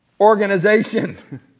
organization